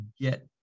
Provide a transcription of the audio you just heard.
get